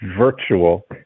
virtual